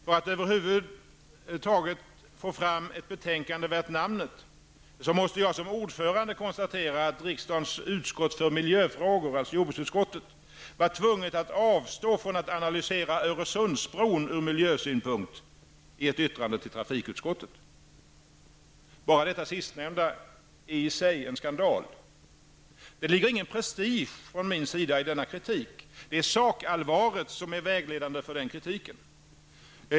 För att över huvud taget få fram ett betänkande värt namnet måste jag som ordförande konstatera att riksdagens utskott för miljöfrågor var tvunget avstå från att analysera Bara detta sistnämnda är i sig en skandal. Det ligger ingen prestige från min sida i denna kritik. Det är sakallvaret som är vägledande för kritiken.